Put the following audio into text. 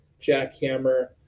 jackhammer